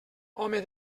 home